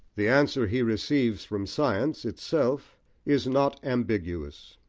the answer he receives from science itself is not ambiguous.